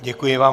Děkuji vám.